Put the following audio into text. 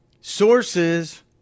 Sources